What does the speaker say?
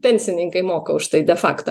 pensininkai moka už tai de fakto